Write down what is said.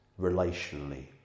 relationally